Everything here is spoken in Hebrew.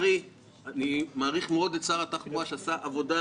אני מעריך מאוד את שר התחבורה שעשה עבודה